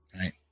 Right